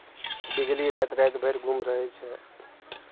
बिजली राति राति भरि गुम रहै छै